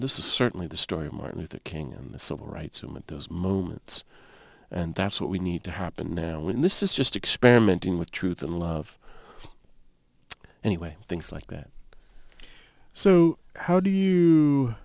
this is certainly the story of martin luther king and the civil rights movement those moments and that's what we need to happen now when this is just experimenting with truth and love anyway things like that so how do you